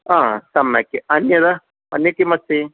हा सम्यक् अन्यत् अन्यत् किम् अस्ति